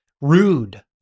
Rude